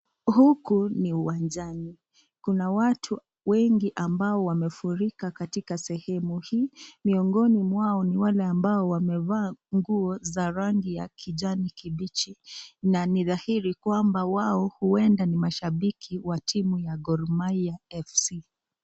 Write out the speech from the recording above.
Huku ni uwanjani kuna watu wengi ambao wamefurika katika sehemu hii miongoni mwao ni wale ambao wamevaa nguo za rangi ya kijani kibichi na dahiri kwamba wao huenda ni mashabiki wa timu wa Gro mahia FC .